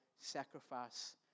sacrifice